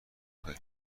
خیر